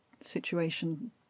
situation